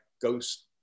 ghost